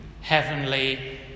heavenly